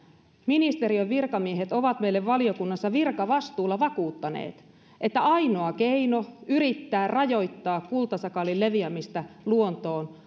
ministeriön virkamiehet ovat meille valiokunnassa virkavastuulla vakuuttaneet että ainoa keino yrittää rajoittaa kultasakaalin leviämistä luontoon